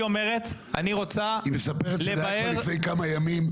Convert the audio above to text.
היא אומרת שהיא רוצה ל --- היא מספרת שזה היה כבר לפני כמה ימים.